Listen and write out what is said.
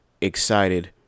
excited